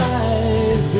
eyes